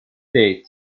date